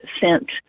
sent